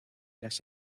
las